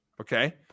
Okay